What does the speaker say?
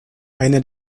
eine